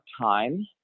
time